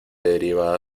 deriva